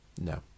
No